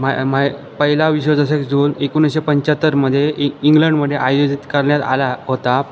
माए माए पहिला विश्वचषक जून एकोणीसशे पंचाहत्तरमध्ये इ इंग्लंडमध्ये आयोजित करण्यात आला होता